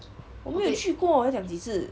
我没有去过要讲几次